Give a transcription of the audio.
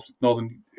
northern